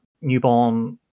newborn